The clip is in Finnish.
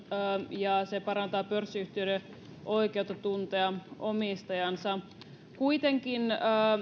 ja se parantaa pörssiyhtiöiden oikeutta tuntea omistajansa kuitenkin